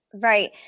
Right